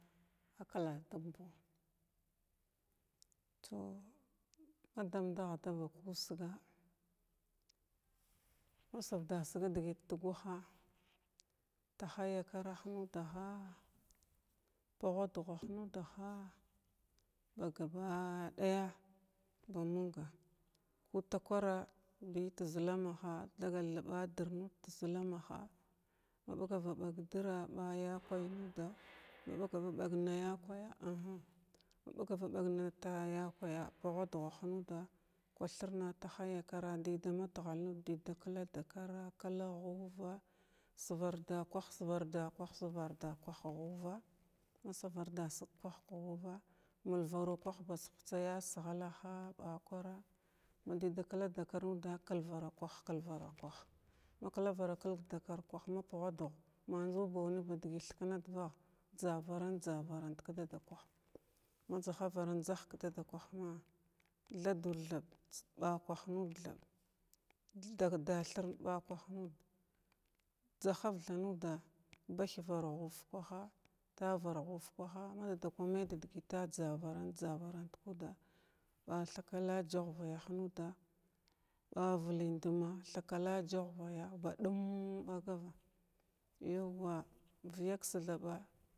Inplarti to madamdah da vaka usga’a ma savdasig nədəgət ta guha’a taha yakarah nudaha’a bugha dahah nudaha’a ba ga ɓa ɗaya ba mənga kutakwara bi ta zlanaha dagal da ɓa dir nuda ta zlamaha maɓagava ɓag dra’a b’a yakay nuda maɓagaɓag na yakwaya inhin maɓagavaɓag na tala yakwaya pugha duhah nuda’a kwathirna tahg yakara dəydamatghal nuda dəyda kla dakara kla ghuva svardakwah svardakwah svardakwah ghuvala masararda sig kwah ka ghuvala mulvaru kwah baz hutsa ya sighlaha’a ba kwara ma dəyda kladakar nuda kilvara kwah kilvara kwah maklavara kəlg dakar kwah ma pughaduh maju bau nadgay baddəy thiknadvah jzavarant jzavarant jzahg ka dada kwahma thadurthaɓ ɓa lavah nuda thaɓ gəy thaɓ dathin ba kwah nuda jzahar tha nudala bathvar ghuv kwaha tavara ghur lawaha may da dəgəta jzavarant jzavarat kuda ɓa thakala jovayah nuda, ba vləndma, thkala jovaya baɗum bagava yawwa.